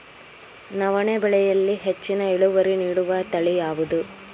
ನವಣೆ ಬೆಳೆಯಲ್ಲಿ ಹೆಚ್ಚಿನ ಇಳುವರಿ ನೀಡುವ ತಳಿ ಯಾವುದು?